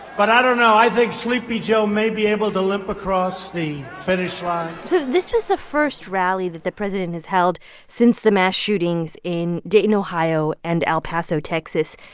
but i don't know. i think sleepy joe may be able to limp across the finish line so this was the first rally that the president has held since the mass shootings in dayton, ohio, and el paso, texas.